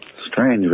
Strange